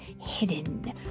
hidden